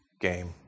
Game